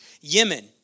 Yemen